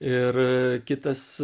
ir kitas